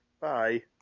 Bye